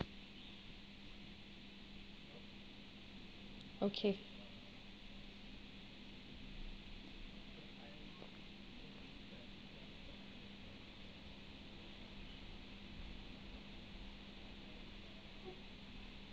okay